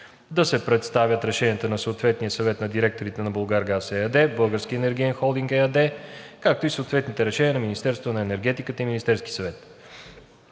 да се представят решенията на съответния Съвет на директорите на „Булгаргаз“ ЕАД, „Български енергиен холдинг“ ЕАД, както и съответните решения на Министерството на енергетиката и Министерския съвет;